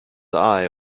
eye